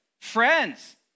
friends